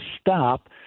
stop